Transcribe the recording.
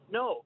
no